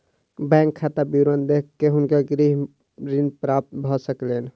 bank खाता विवरण देख के हुनका गृह ऋण प्राप्त भ सकलैन